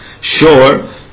sure